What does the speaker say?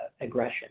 aggression